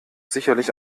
sicherlich